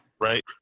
Right